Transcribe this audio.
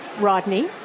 Rodney